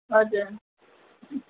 हजुर